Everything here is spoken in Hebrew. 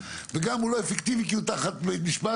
וגם הוא לא אפקטיבי כי הוא תחת בית משפט